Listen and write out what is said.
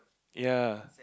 ya